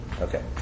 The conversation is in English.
Okay